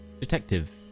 detective